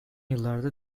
yıllarda